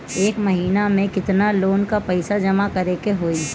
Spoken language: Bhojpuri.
एक महिना मे केतना लोन क पईसा जमा करे क होइ?